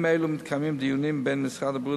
אלה מתקיימים דיונים בין משרד הבריאות,